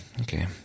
okay